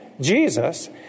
Jesus